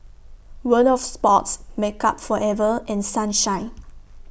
World of Sports Makeup Forever and Sunshine